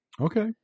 okay